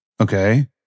Okay